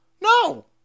no